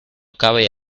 cabe